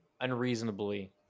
unreasonably